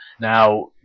now